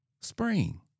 spring